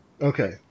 Okay